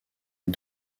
les